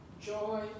joy